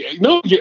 no